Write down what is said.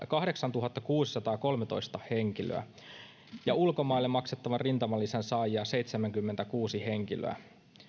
kahdeksantuhattakuusisataakolmetoista henkilöä ja ulkomaille maksettavan rintamalisän saajia seitsemänkymmentäkuusi henkilöä